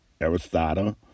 aristotle